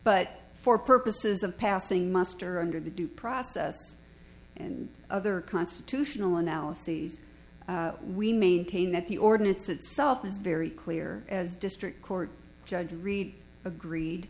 but for purposes of passing muster under the due process and other constitutional analyses we maintain that the ordinance itself is very clear as district court judge reed agreed